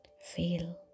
feel